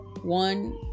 one